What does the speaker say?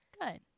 Good